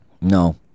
No